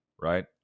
right